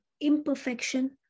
imperfection